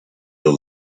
your